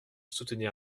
soutenir